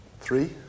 Three